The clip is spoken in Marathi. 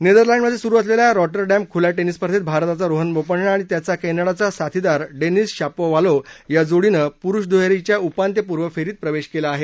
नेदरलंडमध्ये सुरू असलेल्या रॉटरड्या खुल्या टेनिस स्पर्धेत भारताचा रोहन बोपण्णा आणि त्याचा क्ट्रिडाचा साथीदार डेनिस शापोव्हालोव्ह या जोडीनं पुरुष दुहेरीच्या उपांत्यपूर्व फेरीत प्रवेश केला आहे